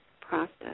process